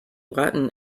latin